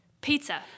pizza